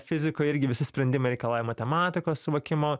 fizikoj irgi visi sprendimai reikalauja matematikos suvokimo